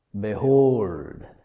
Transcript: Behold